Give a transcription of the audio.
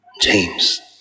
James